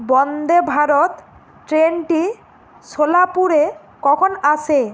বন্দে ভারত ট্রেনটি শোলাপুরে কখন আসে